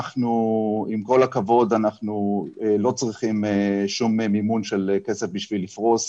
עם כל הכבוד אנחנו לא צריכים שום מימון של כסף בשביל לפרוס,